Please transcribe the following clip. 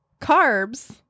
carbs